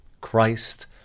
Christ